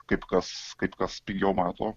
kaip kas kaip kas pigiau mato